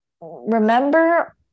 remember